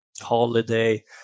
holiday